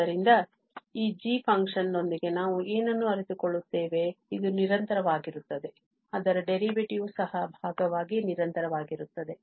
ಆದ್ದರಿಂದ ಈ g function ದೊಂದಿಗೆ ನಾವು ಏನನ್ನು ಅರಿತುಕೊಳ್ಳುತ್ತೇವೆ ಇದು ನಿರಂತರವಾಗಿರುತ್ತದೆ ಅದರ derivative ವೂ ಸಹ ಭಾಗವಾಗಿ ನಿರಂತರವಾಗಿರುತ್ತದೆ